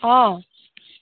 অঁ